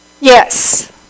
Yes